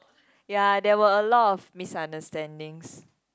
ya there were a lot of misunderstandings